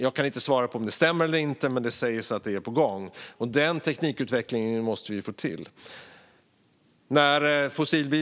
Jag kan inte svara på om det stämmer eller inte, men det sägs att det är på gång. Denna teknikutveckling måste vi få till. Herr talman!